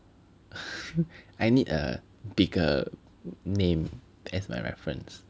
I need a bigger name as my reference